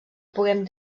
puguem